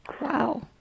Wow